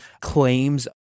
claims